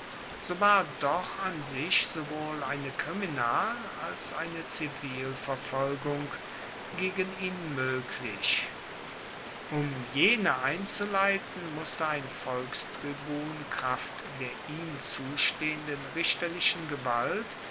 so war doch an sich sowohl eine kriminal als eine zivilverfolgung gegen ihn moeglich um jene einzuleiten musste ein volkstribun kraft der ihm zustehenden richterlichen gewalt